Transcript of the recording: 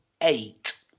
eight